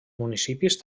municipis